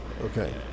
Okay